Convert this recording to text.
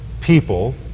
people